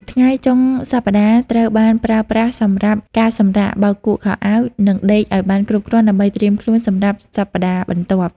ថ្ងៃចុងសប្ដាហ៍ត្រូវបានប្រើប្រាស់សម្រាប់ការសម្រាក បោកគក់ខោអាវ និងដេកឱ្យបានគ្រប់គ្រាន់ដើម្បីត្រៀមខ្លួនសម្រាប់សប្ដាហ៍បន្ទាប់។